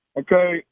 Okay